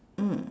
mm